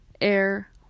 air